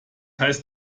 heißt